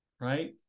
right